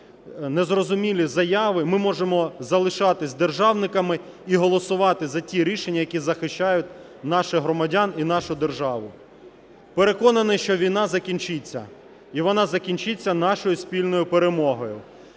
незрозумілі заяви, ми можемо залишатися державниками і голосувати за ті рішення, які захищають наших громадян і нашу державу. Переконаний, що війна закінчиться, і вона закінчиться нашою спільною перемогою.